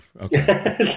Okay